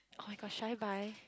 [oh]-my-gosh should I buy